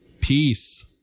Peace